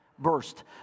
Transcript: Burst